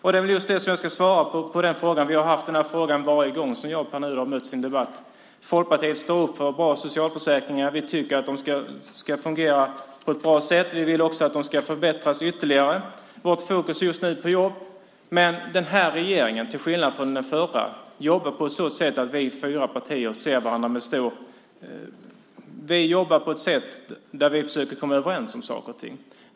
Vi har haft den här frågan varje gång som jag och Pär Nuder har mötts i en debatt. Folkpartiet står upp för bra socialförsäkringar. Vi tycker att de ska fungera på ett bra sätt. Vi vill också att de ska förbättras ytterligare. Vårt fokus är just nu på jobb. Den här regeringen jobbar, till skillnad från den förra, på så sätt att vi fyra partier försöker komma överens om saker och ting.